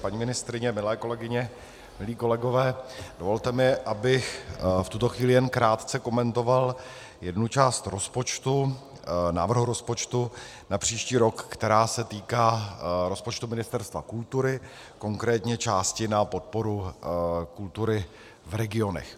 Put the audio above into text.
Paní ministryně, milé kolegyně, milí kolegové, dovolte mi, abych v tuto chvíli jen krátce komentoval jednu část rozpočtu, návrhu rozpočtu na příští rok, která se týká rozpočtu Ministerstva kultury, konkrétně části na podporu kultury v regionech.